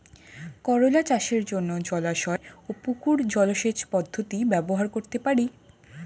করোলা চাষের জন্য জলাশয় ও পুকুর জলসেচ পদ্ধতি ব্যবহার করতে পারি?